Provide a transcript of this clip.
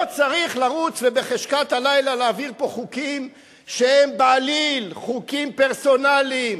לא צריך לרוץ ובחשכת הלילה להעביר פה חוקים שהם בעליל חוקים פרסונליים.